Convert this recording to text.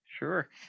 Sure